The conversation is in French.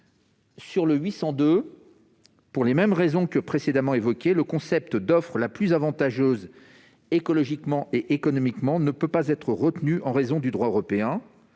n° 802, pour des raisons que j'ai précédemment invoquées. Le concept d'« offre la plus avantageuse écologiquement et économiquement » ne peut pas être retenu en raison du droit européen.